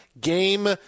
game